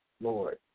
Lord